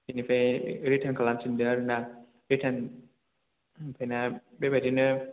बिनिफ्राय रिटार्न खालामफिनदो आरो ना रिटार्न ओमफ्राय नों बेबायदिनो